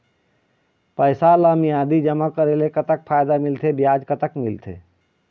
पैसा ला मियादी जमा करेले, कतक फायदा मिलथे, ब्याज कतक मिलथे?